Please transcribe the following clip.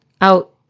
out